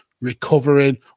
recovering